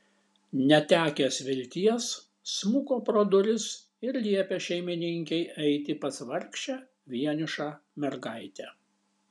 netekęs vilties smuko pro duris ir liepė šeimininkei eiti pas vargšę vienišą mergaitę